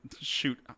shoot